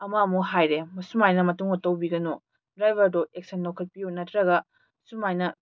ꯑꯃ ꯑꯃꯨꯛ ꯍꯥꯏꯔꯦ ꯃꯁꯨꯃꯥꯏꯅ ꯃꯇꯨꯡꯗ ꯇꯧꯕꯤꯒꯅꯨ ꯗꯔꯥꯏꯕꯔꯗꯨ ꯑꯦꯛꯁꯟ ꯂꯧꯈꯠꯄꯤꯌꯨ ꯅꯠꯇ꯭ꯔꯒ ꯁꯨꯃꯥꯏꯅ